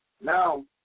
Now